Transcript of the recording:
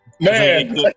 Man